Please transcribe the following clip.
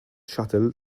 shuttle